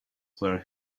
were